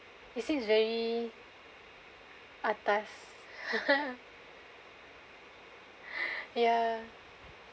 they say it's is very atas ya